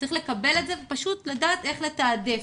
צריך לדעת פשוט איך לתעדף.